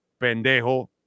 pendejo